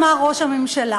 אמר ראש הממשלה.